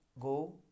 go